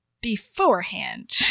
Beforehand